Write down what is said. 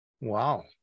Wow